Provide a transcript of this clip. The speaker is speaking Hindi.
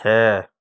छः